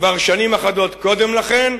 כבר שנים אחדות קודם לכן.